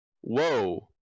whoa